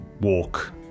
walk